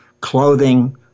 clothing